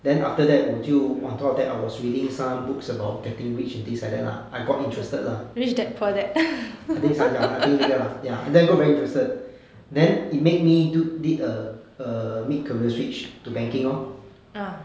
then after that 我就 on top of that I was reading some books about getting rich and things like that lah I got interested lah I think sa~ ya I think ya ya and then got very interested then it made me do did a a mid career switch to banking lor